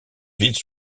villes